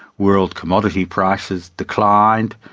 world commodity prices declined.